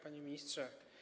Panie Ministrze!